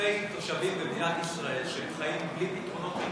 אלפי תושבים במדינת ישראל שחיים בלי פתרונות מיגון.